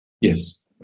Yes